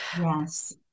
Yes